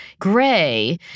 gray